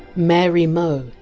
mary moe.